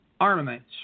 armaments